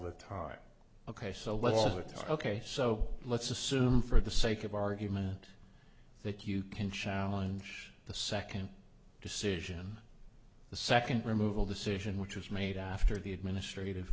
talk ok so let's assume for the sake of argument that you can challenge the second decision the second removal decision which was made after the administrative